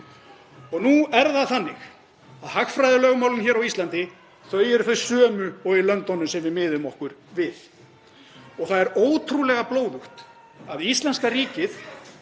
Nú er það þannig að hagfræðilögmálin á Íslandi eru þau sömu og í löndunum sem við miðum okkur við. Það er ótrúlega blóðugt að íslenska ríkið,